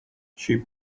she